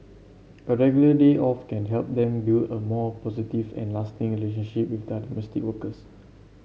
a regular day off can help them build a more positive and lasting relationship with their workers